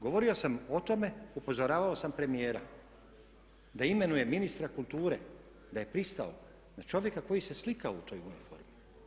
Govorio sam o tome, upozoravao sam premijera da imenuje ministra kulture da je pristao na čovjeka koji se slikao u toj uniformi.